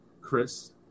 Chris